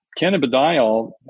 cannabidiol